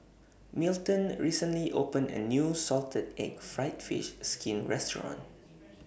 Milton recently opened A New Salted Egg Fried Fish Skin Restaurant